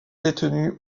détenu